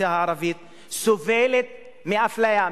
האוכלוסייה הערבית סובלת מאפליה,